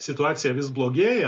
situacija vis blogėja